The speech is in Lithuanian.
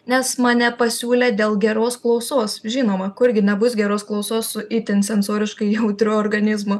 nes mane pasiūlė dėl geros klausos žinoma kurgi nebus geros klausos su itin sensoriškai jautriu organizmu